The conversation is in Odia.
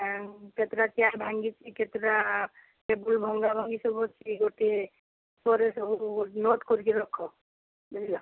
କେତେଟା ଚେୟାର୍ ଭାଙ୍ଗିଛି କେତେଟା ଟେବୁଲ୍ ଭଙ୍ଗାଭଙ୍ଗି ସବୁ ଅଛି ଗୋଟିଏ ସୁରେଶ ବାବୁ ନୋଟ୍ କରିକି ରଖ ବୁଝିଲ